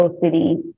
city